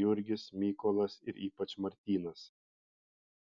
jurgis mykolas ir ypač martynas